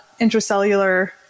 intracellular